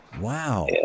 Wow